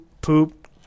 poop